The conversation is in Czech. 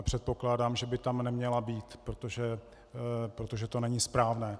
Předpokládám, že by tam neměla být, protože to není správné.